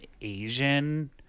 Asian